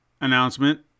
announcement